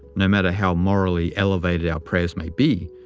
no matter how morally elevated our prayers may be,